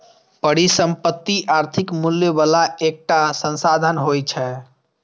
परिसंपत्ति आर्थिक मूल्य बला एकटा संसाधन होइ छै